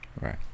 right